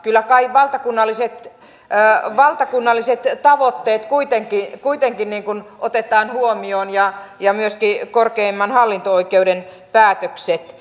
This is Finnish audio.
kyllä kai valtakunnalliset tavoitteet kuitenkin otetaan huomioon ja myöskin korkeimman hallinto oikeuden päätökset